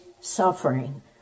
suffering